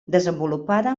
desenvolupada